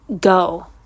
go